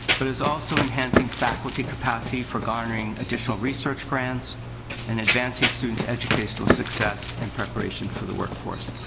but is also enhancing faculty capacity for garnering additional research grants and advancing students' educational success and preparation for the workforce.